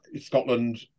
Scotland